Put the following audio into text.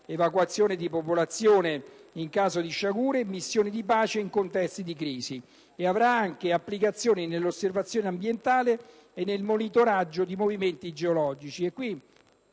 evacuazione di popolazioni in caso di sciagure, e missioni di pace in contesti di crisi. Ci saranno inoltre applicazioni nel campo dell'osservazione ambientale e del monitoraggio dei movimenti geologici.